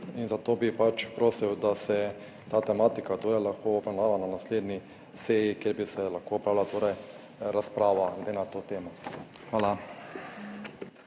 zato prosil, da se ta tematika lahko obravnava na naslednji seji, kjer bi se torej lahko opravila razprava na to temo. Hvala.